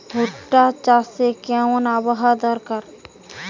ভুট্টা চাষে কেমন আবহাওয়া দরকার?